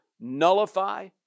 nullify